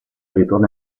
ritorno